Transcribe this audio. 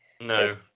No